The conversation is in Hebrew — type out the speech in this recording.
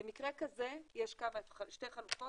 במקרה כזה יש שתי חלופות.